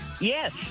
Yes